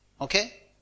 Okay